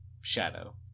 shadow